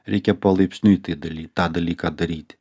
reikia palaipsniui tai daly tą dalyką daryti